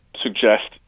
suggest